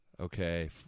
okay